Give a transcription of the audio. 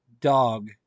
dog